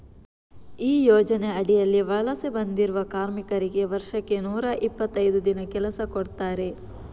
ಈ ಯೋಜನೆ ಅಡಿಯಲ್ಲಿ ವಲಸೆ ಬಂದಿರುವ ಕಾರ್ಮಿಕರಿಗೆ ವರ್ಷಕ್ಕೆ ನೂರಾ ಇಪ್ಪತ್ತೈದು ದಿನ ಕೆಲಸ ಕೊಡ್ತಾರೆ